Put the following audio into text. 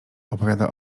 opowiada